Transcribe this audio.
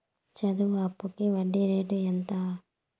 చదువు అప్పుకి వడ్డీ రేటు ఎంత?